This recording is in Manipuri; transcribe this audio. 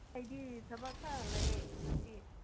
ꯑꯩꯗꯤ ꯊꯕꯛ ꯈꯔ ꯂꯩꯌꯦ ꯉꯁꯤ